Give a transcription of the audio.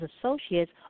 associates